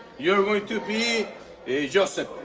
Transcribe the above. you're going to be joseph.